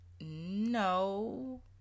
No